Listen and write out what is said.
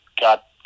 got